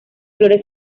flores